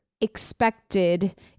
expected